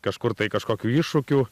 kažkur tai kažkokių iššūkių